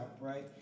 right